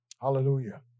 Hallelujah